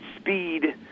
speed